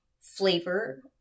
flavor